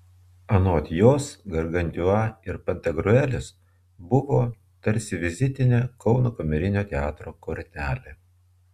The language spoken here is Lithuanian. anot jos gargantiua ir pantagriuelis buvo tarsi vizitinė kauno kamerinio teatro kortelė